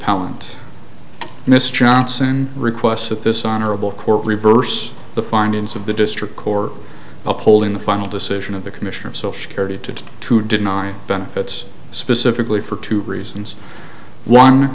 appellant mr johnson requests that this honorable court reverse the findings of the district court upholding the final decision of the commissioner of social care to to deny benefits specifically for two reasons one